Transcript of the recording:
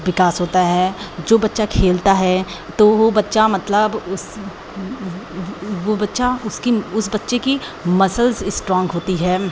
विकास होता है जो बच्चा खेलता है तो वह बच्चा मतलब उस वह बच्चा उसकी उस बच्चे की मसल्स इस्ट्रोंग होती हैं